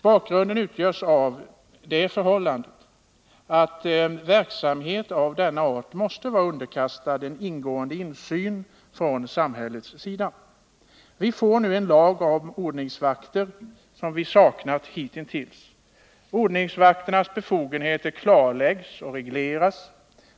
Bakgrunden utgörs av det förhållandet att verksamhet av denna art måste vara underkastad en ingående insyn från samhällets sida. Vi får nu en lag om ordningsvakter, vilket vi saknat hitintills. Ordningsvakternas befogenheter klarläggs och regleras.